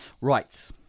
Right